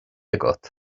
agat